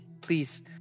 please